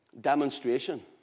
Demonstration